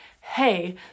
hey